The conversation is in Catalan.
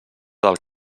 del